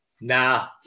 Nah